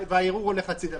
והערעור הולך הצידה.